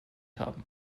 haben